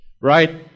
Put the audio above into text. Right